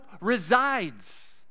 resides